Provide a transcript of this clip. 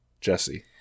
Jesse